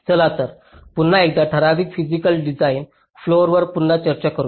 चला तर पुन्हा एकदा ठराविक फिजिकल डिझाइन फ्लोवर पुन्हा चर्चा करू